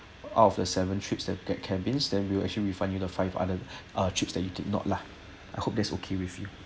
out of the seven trips that get cabins then we will actually refund you the five other ah trips that you did not lah I hope that's okay with you